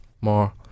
more